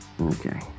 Okay